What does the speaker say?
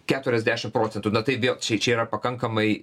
keturiasdešimt procentų na tai vėl šičia yra pakankamai